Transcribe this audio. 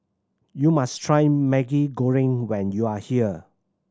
you must try Maggi Goreng when you are here